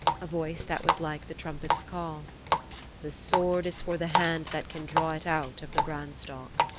a voice that was like the trumpet's call the sword is for the hand that can draw it out of the branstock.